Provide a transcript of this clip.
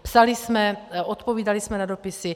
Psali jsme, odpovídali jsme na dopisy.